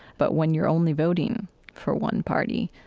but when you're only voting for one party,